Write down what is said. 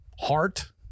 heart